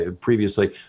previously